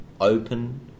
open